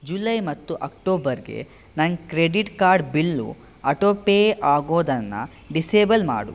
July ಮತ್ತು ಅಕ್ಟೋಬರ್ಗೆ ನನ್ನ credit card bill auto pay ಆಗೋದನ್ನು ಡಿಸೇಬಲ್ ಮಾಡು